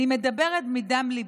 אני מדברת מדם ליבי,